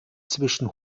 zwischen